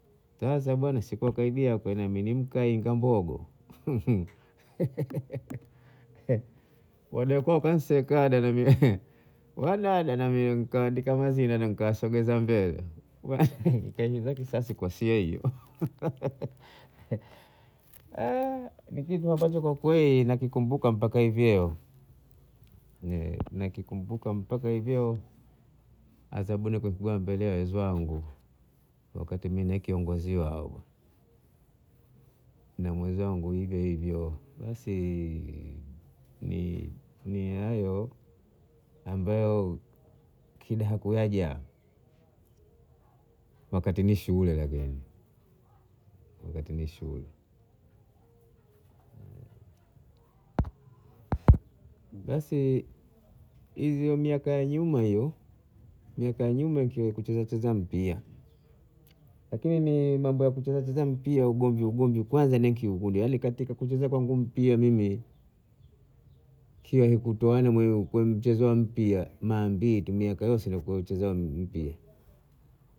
Sasa bwana sikwa karibia kwanimkaika mbogo wadakou kaniseka wadada na mimi kawaandika mazina nikawasogeza mbele nikalipa kisasi kwa sia hiyo ni kitu ambacho kwa kweli nina kikumbuka mpaka hivi leo nakikumbuka mpaka hivi leo adhwabu nikapewa mbele ya wenzangu wakati mimi ni kiongozi wao bwana na mwenzangu hivyo hivyo basi ni- ni hayo ambayo kidahakuhaja wakati ni shule lakini wakati ni shule. Basi hivyo miaka ya nyuma hiyo miaka ya nyuma niki cheza cheza mpiya lakini ni mambo ya kucheza mpiya ugomvi ugomvi kwanza nikikukuta katika kucheza kwangu mpira mimi kia kutoana mwenye mchezo wa mpira ni mara mbili tu miaka yose kucheza mpira